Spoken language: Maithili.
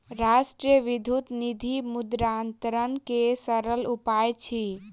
राष्ट्रीय विद्युत निधि मुद्रान्तरण के सरल उपाय अछि